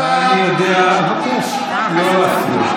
אני מבקש לא להפריע.